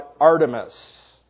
Artemis